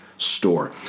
Store